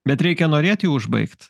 bet reikia norėti užbaigt